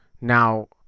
Now